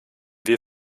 wir